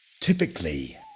Typically